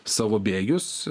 savo bėgius